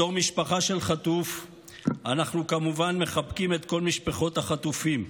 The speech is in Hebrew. בתור משפחה של חטוף אנחנו כמובן מחבקים את כל משפחות החטופים,